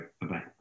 Bye-bye